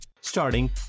Starting